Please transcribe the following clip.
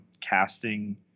casting